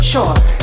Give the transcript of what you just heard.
Sure